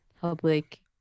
public